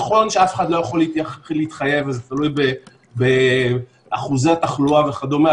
נכון שאף אחד לא יכול להתחייב וזה תלוי באחוזי התחלואה וכדומה,